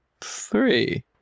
three